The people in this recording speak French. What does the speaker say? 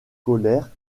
colère